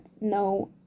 no